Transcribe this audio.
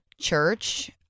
Church